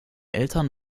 eltern